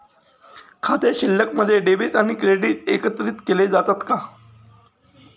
खाते शिल्लकमध्ये डेबिट आणि क्रेडिट एकत्रित केले जातात का?